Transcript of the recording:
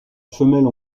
femelle